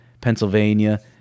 Pennsylvania